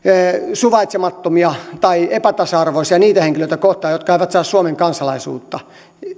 suvaitsemattomia tai epätasa arvoisia niitä henkilöitä kohtaan jotka eivät saa suomen kansalaisuutta